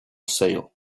sale